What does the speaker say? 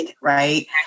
Right